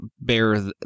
bear